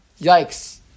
yikes